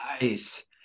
nice